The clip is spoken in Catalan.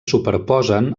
superposen